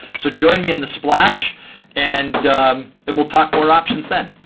so join me in the splash and we'll talk more options then.